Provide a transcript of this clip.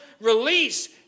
release